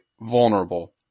vulnerable